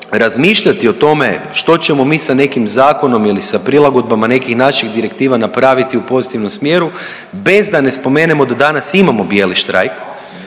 razmišljati o tome što ćemo mi sa nekim zakonom ili sa prilagodbama nekih naših direktiva napraviti u pozitivnom smjeru bez da ne spomenemo da danas imamo bijeli štrajk,